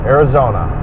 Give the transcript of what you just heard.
Arizona